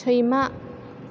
सैमा